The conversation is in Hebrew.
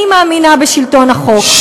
אני מאמינה בשלטון החוק,